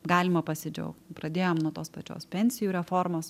galima pasidžiaugt pradėjom nuo tos pačios pensijų reformos